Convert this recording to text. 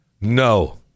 No